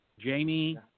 Jamie